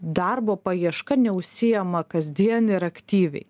darbo paieška neužsiėma kasdien ir aktyviai